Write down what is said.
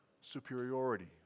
superiority